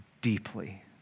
Deeply